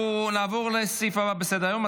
אנחנו נעבור לסעיף הבא בסדר-היום,